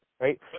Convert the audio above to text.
Right